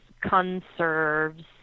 conserves